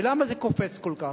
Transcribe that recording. ולמה זה קופץ כל כך?